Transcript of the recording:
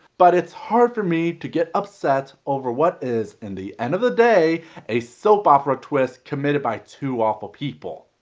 but it's hard for me to get upset over what is in the end of the day a soap opera twist committed by two awful people.